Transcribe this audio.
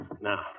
Now